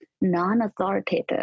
non-authoritative